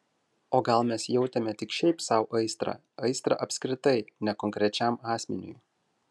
o gal mes jautėme tik šiaip sau aistrą aistrą apskritai ne konkrečiam asmeniui